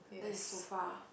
that is so far